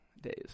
days